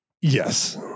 Yes